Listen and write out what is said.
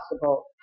possible